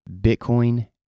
Bitcoin